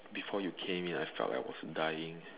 before you came in I felt like I was dying